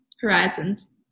horizons